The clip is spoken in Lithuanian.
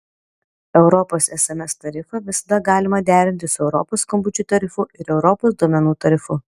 europos sms tarifą visada galima derinti su europos skambučių tarifu ir europos duomenų tarifu